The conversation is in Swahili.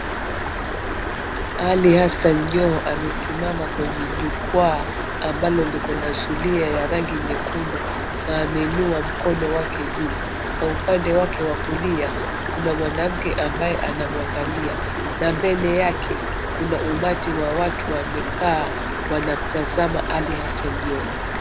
Ali Hassan Joho amesimama kwenye jukwaa lenye liko na zulia la rangi nyekundu na ameinua mkono wake juu na upande wake wa kulia kuna mwanamke ambaye anamuangalia na mbele yake kuna umati wa watu wamekaa wanamtazama Ali Hassan Joho.